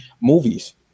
Movies